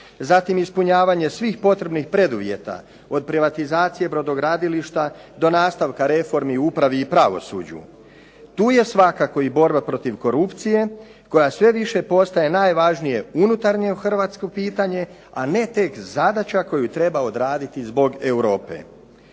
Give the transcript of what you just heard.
zatim ispunjavanje svih potrebnih preduvjete od privatizacije brodogradilišta do nastavka reformi u upravi i pravosuđu. Tu je svakako i borba protiv korupcije koja sve više postaje najvažnije unutarnje hrvatsko pitanje, a ne tek zadaća koju treba odraditi zbog Europe.